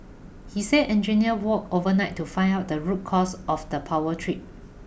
he said engineers worked overnight to find out the root cause of the power trip